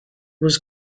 was